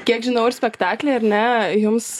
kiek žinau ir spektakly ar ne jums